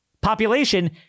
population